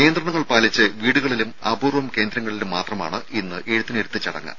നിയന്ത്രണങ്ങൾ പാലിച്ച് വീടുകളിലും അപൂർവ്വം കേന്ദ്രങ്ങളിലും മാത്രമാണ് ഇന്ന് എഴുത്തിനിരുത്തൽ ചടങ്ങ്